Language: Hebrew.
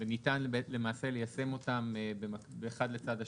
וניתן למעשה ליישם אותם אחד לצד השני,